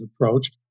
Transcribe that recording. approach